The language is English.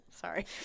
Sorry